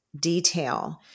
detail